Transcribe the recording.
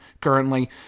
currently